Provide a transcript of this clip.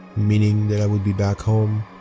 meaning that i would be back home,